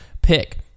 pick